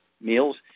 meals